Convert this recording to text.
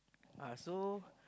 uh so